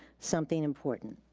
something important,